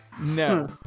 no